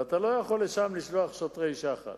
ואתה לא יכול לשלוח לשם שוטרי שח"ם.